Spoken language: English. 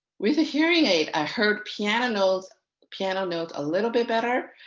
with a hearing aid i heard piano notes piano notes a little bit better,